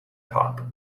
top